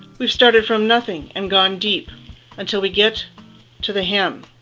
we've started from nothing and gone deep until we get to the hem